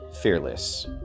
fearless